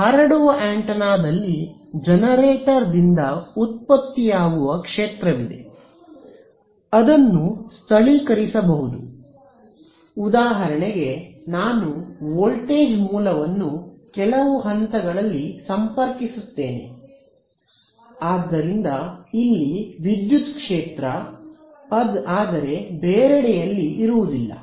ಹರಡುವ ಆಂಟೆನಾದಲ್ಲಿ ಜನರೇಟರ್ ದಿಂದ ಉತ್ಪತ್ತಿಯಾಗುವ ಕ್ಷೇತ್ರವಿದೆ ಅದನ್ನು ಸ್ಥಳೀಕರಿಸಬಹುದು ಉದಾಹರಣೆಗೆ ನಾನು ವೋಲ್ಟೇಜ್ ಮೂಲವನ್ನು ಕೆಲವು ಹಂತಗಳಲ್ಲಿ ಸಂಪರ್ಕಿಸುತ್ತೇನೆ ಆದ್ದರಿಂದ ಇಲ್ಲಿ ವಿದ್ಯುತ್ ಕ್ಷೇತ್ರ ಆದರೆ ಬೇರೆಡೆಯಲ್ಲಿ ಇರುವುದಿಲ್ಲ